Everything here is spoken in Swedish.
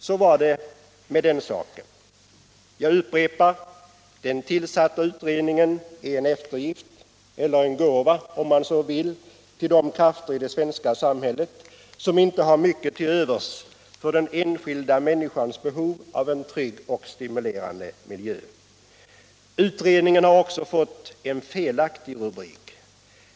Så var det med den saken. Jag upprepar: Den tillsatta utredningen är en eftergift för eller, om man så vill, en gåva till de krafter i det svenska samhället som inte har mycket till övers för den enskilda människans behov av en trygg och stimulerande miljö. Utredningen har också fått en felaktig rubrik.